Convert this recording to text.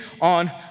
on